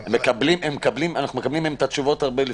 אנחנו מקבלים מהם את התשובות הרבה לפני,